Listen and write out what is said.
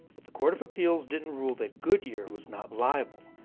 but the court of appeals didn't rule that goodyear was not liable.